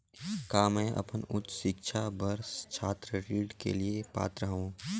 का मैं अपन उच्च शिक्षा बर छात्र ऋण के लिए पात्र हंव?